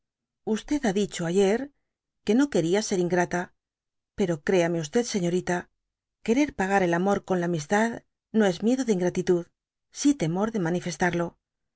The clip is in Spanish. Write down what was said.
afecto ha dicho ayer que no quería ser ingrata pero créame señorita querer pagar el amor con la amistad no es miedo de ingratitud si temor de manifestarlo